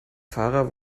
fahrer